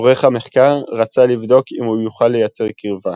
עורך המחקר רצה לבדוק אם הוא יוכל לייצר קרבה.